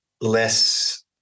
less